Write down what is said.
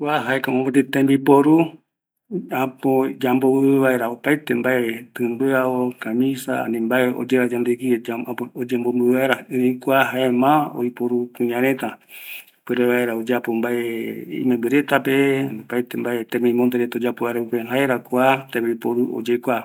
Kua jaeko mopeti tembiporu, yambo vɨvɨ vaera opaete mbae, tɨmbɨao, camisa, ani mbae oyera yandeguiva oyembo vɨvɨ vaera, erei kua jae mas oiporu kuñareta, oyapo vaera mbae imembɨ retape, opaete tembimbonde reta oyapo vaera, jaera kua tembi poru oyekua